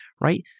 right